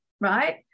right